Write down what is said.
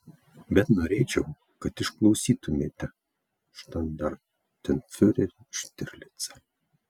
bet norėčiau kad išklausytumėte štandartenfiurerį štirlicą